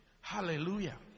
Hallelujah